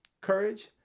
courage